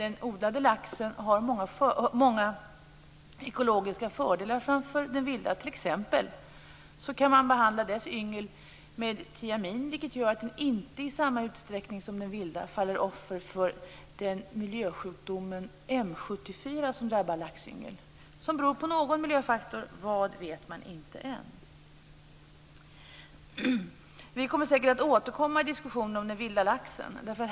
Den odlade laxen har många ekologiska fördelar framför den vilda, t.ex. kan man behandla dess yngel med tiamin, vilket gör att den inte samma utsträckning som den vilda faller offer för miljösjukdomen M 74 som drabbar laxyngel och som beror på någon miljöfaktor, vad vet man inte än.